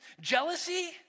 jealousy